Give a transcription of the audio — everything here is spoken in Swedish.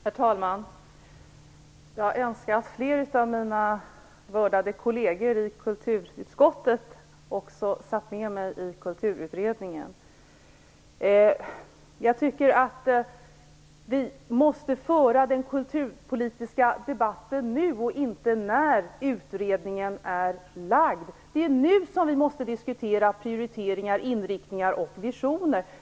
Herr talman! Jag önskar att fler av mina värderade kolleger i kulturutskottet också satt tillsammans med mig i Kulturutredningen. Vi måste föra den kulturpolitiska debatten nu och inte när utredningen lagt fram sitt förslag. Det är nu som vi måste diskutera prioriteringar, inriktningar och visioner.